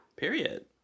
Period